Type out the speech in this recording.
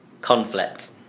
Conflict